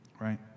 right